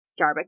Starbucks